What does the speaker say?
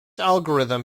algorithm